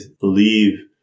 believe